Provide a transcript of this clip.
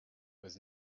was